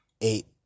eight